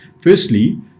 Firstly